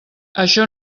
això